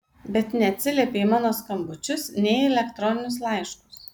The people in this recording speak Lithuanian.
bet neatsiliepei į mano skambučius nei į elektroninius laiškus